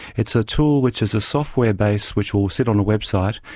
it's a tool which is a software base which will sit on a website,